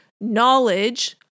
knowledge